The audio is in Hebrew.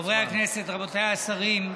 חברי הכנסת, רבותיי השרים,